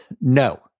No